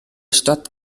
stadt